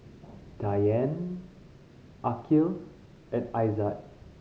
Dian Aqil and Aizat